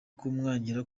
kumwangira